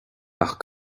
ach